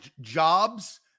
jobs